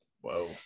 Whoa